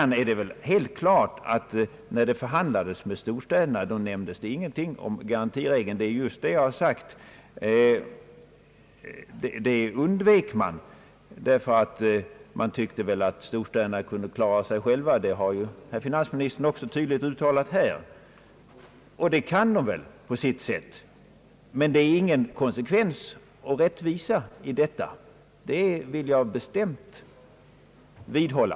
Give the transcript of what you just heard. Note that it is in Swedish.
När det förhandlades med storstäderna nämndes visserligen ingenting om garantiregeln, och det har jag förut sagt. Man undvek detta därför att man tyckte att storstäderna kunde klara sig själva. Det har finansministern också tydligt uttalat här. På sitt sätt kan väl också storstäderna klara sig själva, men det är ingen konsekvens och rättvisa i dessa bestämmelser, det vill jag bestämt vidhålla.